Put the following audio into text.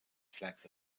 flags